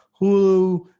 Hulu